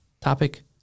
topic